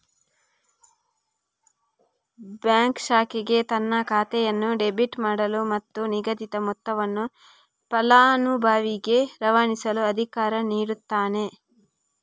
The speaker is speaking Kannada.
ಬ್ಯಾಂಕ್ ಶಾಖೆಗೆ ತನ್ನ ಖಾತೆಯನ್ನು ಡೆಬಿಟ್ ಮಾಡಲು ಮತ್ತು ನಿಗದಿತ ಮೊತ್ತವನ್ನು ಫಲಾನುಭವಿಗೆ ರವಾನಿಸಲು ಅಧಿಕಾರ ನೀಡುತ್ತಾನೆ